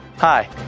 Hi